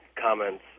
comments